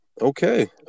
Okay